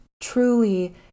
truly